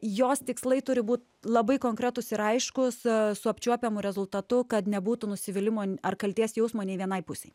jos tikslai turi būt labai konkretūs ir aiškūs su apčiuopiamu rezultatu kad nebūtų nusivylimo ar kaltės jausmo nei vienai pusei